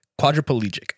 quadriplegic